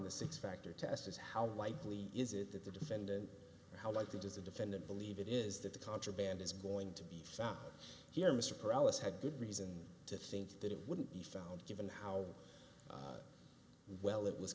the six factor test is how likely is it that the defendant how likely does the defendant believe it is that the contraband is going to be found here mr perales had good reason to think that it wouldn't be found given how well it was